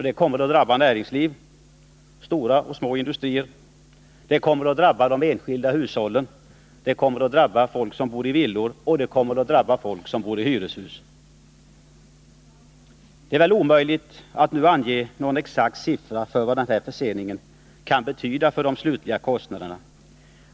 Det kommer att drabba näringsliv, stora och små industrier, de enskilda hushållen och folk som bor i villor och i hyreshus. Det är väl omöjligt att nu ange någon exakt siffra för vad den här förseningen kan betyda för de slutliga kostnaderna.